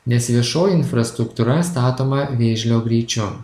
nes viešoji infrastruktūra statoma vėžlio greičiu